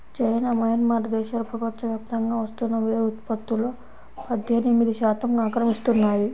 China, Myanmar దేశాలు ప్రపంచవ్యాప్తంగా వస్తున్న వెదురు ఉత్పత్తులో పద్దెనిమిది శాతం ఆక్రమిస్తున్నాయి